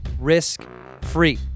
risk-free